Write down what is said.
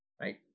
right